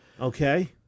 Okay